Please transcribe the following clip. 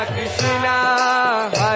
Krishna